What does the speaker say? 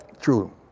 True